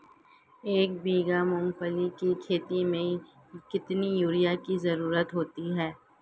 एक बीघा मूंगफली की खेती में कितनी यूरिया की ज़रुरत होती है?